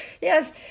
Yes